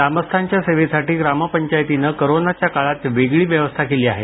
ग्रामस्थांच्या सेवेसाठी ग्रामपंचायतीनं कोरोनाच्या काळात वेगळी व्यवस्था केली आहे